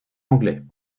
anglais